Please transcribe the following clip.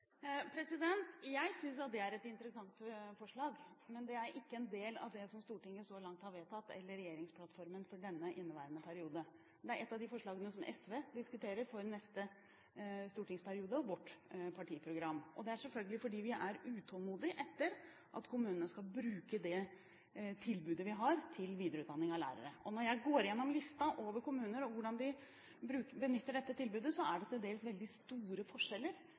det er et interessant forslag, men det er verken en del av det som Stortinget så langt har vedtatt, eller i regjeringsplattformen for inneværende periode. Men det er et av de forslagene som SV diskuterer i forbindelse med neste stortingsperiode og vårt partiprogram. Det er selvfølgelig fordi vi er utålmodige etter at kommunene skal bruke det tilbudet vi har til videreutdanning av lærere. Når jeg går igjennom listen over kommuner og hvordan de benytter seg av dette tilbudet, er det til dels veldig store forskjeller